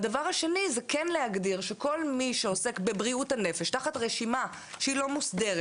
הדבר השני זה כן להגדיר שכל מי שעוסק בבריאות הנפש תחת רשימה לא מוסדרת,